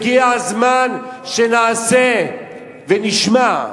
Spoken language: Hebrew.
הגיע הזמן שנעשה ונשמע,